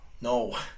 No